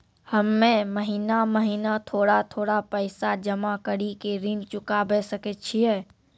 हम्मे महीना महीना थोड़ा थोड़ा पैसा जमा कड़ी के ऋण चुकाबै सकय छियै?